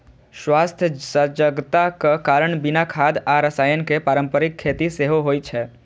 स्वास्थ्य सजगताक कारण बिना खाद आ रसायन के पारंपरिक खेती सेहो होइ छै